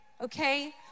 okay